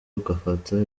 ugafata